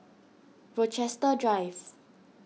Rochester Drive